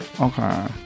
okay